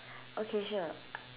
okay sure